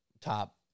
top